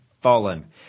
fallen